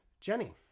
Jenny